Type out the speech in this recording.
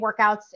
workouts